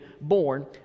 born